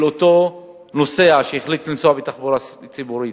לאותו נוסע שהחליט לנסוע בתחבורה ציבורית.